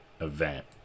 event